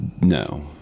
No